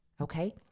Okay